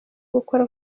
gukora